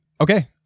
Okay